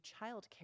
childcare